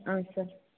ಹಾಂ ಸರ್